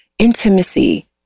intimacy